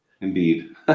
Indeed